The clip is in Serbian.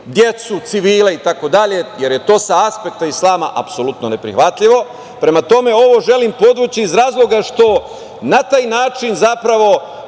decu, civile i tako dalje, jer je to sa aspekta islama apsolutno ne prihvatljivo. Prema tome, ovo želim podvući iz razloga što na taj način zapravo